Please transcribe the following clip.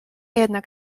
jednak